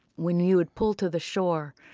when you would pull to the shore,